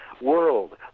world